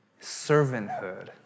Servanthood